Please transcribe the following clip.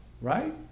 Right